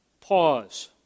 Pause